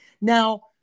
now